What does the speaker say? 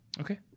Okay